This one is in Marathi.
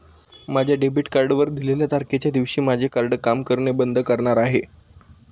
माझ्या डेबिट कार्डवर दिलेल्या तारखेच्या दिवशी माझे कार्ड काम करणे बंद करणार आहे